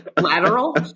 Lateral